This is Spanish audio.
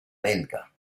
belga